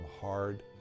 hard